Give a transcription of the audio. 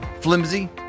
flimsy